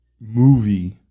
movie